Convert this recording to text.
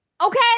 Okay